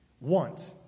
Want